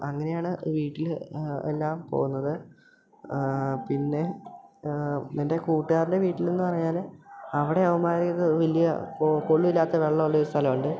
അങ്ങനെയാണ് വീട്ടിൽ എല്ലാം പോകുന്നത് പിന്നെ എൻ്റെ കൂട്ടുകാരൻ്റെ വീട്ടിലെന്ന് പറഞ്ഞാൽ അവിടെ അവമ്മാരിത് വലിയ കൊള്ളൂല്ലാത്ത വെള്ളം ഉള്ള ഒരു സ്ഥലം ഉണ്ട്